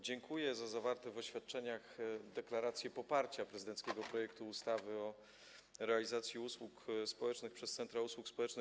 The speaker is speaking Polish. Dziękuję za zawarte w oświadczeniach deklaracje poparcia prezydenckiego projektu ustawy o realizacji usług społecznych przez centra usług społecznych.